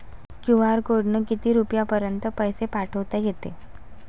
QR कोडनं किती रुपयापर्यंत पैसे पाठोता येते?